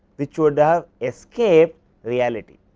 which would ah have escape reality.